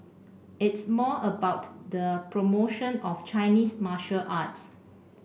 it's more about the promotion of Chinese martial arts